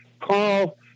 Carl